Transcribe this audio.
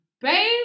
Babe